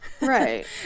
Right